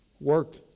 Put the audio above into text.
Work